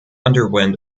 underwent